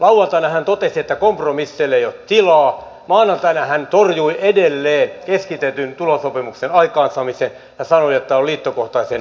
lauantaina hän totesi että kompromisseille ei ole tilaa maanantaina hän torjui edelleen keskitetyn tulosopimuksen aikaansaamisen ja sanoi että on liittokohtaisten vuoro